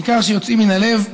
ניכר שהם יוצאים מן הלב.